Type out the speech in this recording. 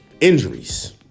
Injuries